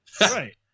Right